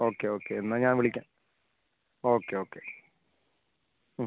okay okay എന്നാൽ ഞാൻ വിളിക്കാം ഓക്കെ ഓക്കെ മ്